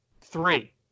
Three